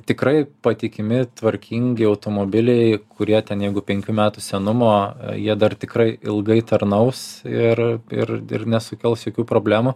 tikrai patikimi tvarkingi automobiliai kurie ten jeigu penkių metų senumo jie dar tikrai ilgai tarnaus ir ir ir nesukels jokių problemų